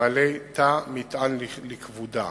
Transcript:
בעלי תא מטען לכבודה.